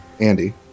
Andy